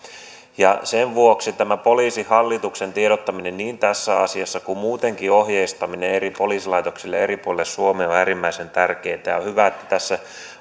sen vuoksi tämä poliisihallituksen tiedottaminen niin tässä asiassa kuin muutenkin ohjeistaminen eri poliisilaitoksille eri puolilla suomea on äärimmäisen tärkeätä ja on hyvä että tässä